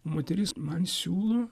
moteris man siūlo